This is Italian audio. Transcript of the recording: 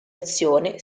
azione